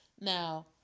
now